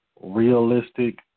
realistic